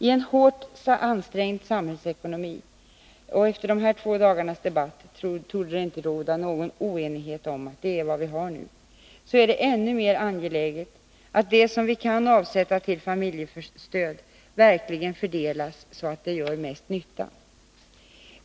I en hårt ansträngd samhällsekonomi — efter de här två dagarnas debatt torde det inte råda någon oenighet om att det är vad vi har nu — så är det ännu mera angeläget att det som vi kan avsätta till familjestöd verkligen fördelas så att det gör mest nytta.